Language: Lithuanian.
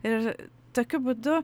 ir tokiu būdu